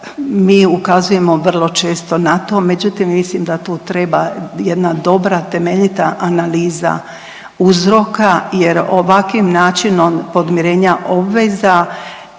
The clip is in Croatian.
mi ukazujemo vrlo često na to, međutim, mislim da tu treba jedna dobra, temeljita analiza uzroka jer ovakvim načinom podmirenja obveza